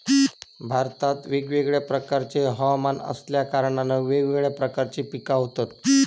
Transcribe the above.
भारतात वेगवेगळ्या प्रकारचे हवमान असल्या कारणान वेगवेगळ्या प्रकारची पिका होतत